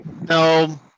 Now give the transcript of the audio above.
No